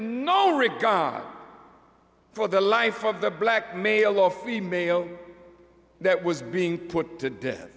no regard for the life of the black male or female that was being put to death